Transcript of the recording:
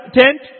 tent